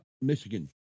Michigan